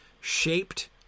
shaped